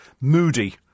moody